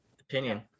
opinion